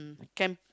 became